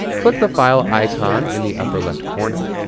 click the file icon in the upper left corner.